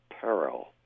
peril